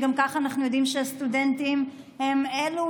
וגם ככה אנחנו יודעים שהסטודנטים הם אלו